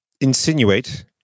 insinuate